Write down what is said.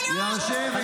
ויאפשר --- תודה רבה.